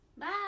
Bye